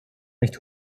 nicht